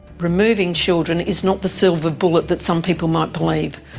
removing children is not the silver bullet that some people might believe.